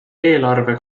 eelarve